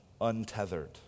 untethered